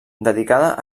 dedicada